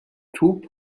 توپ